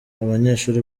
abanyeshuri